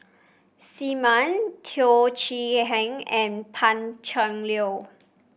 Aim Ann Teo Chee Hean and Pan Cheng Lui